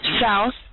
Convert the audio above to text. South